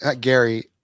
Gary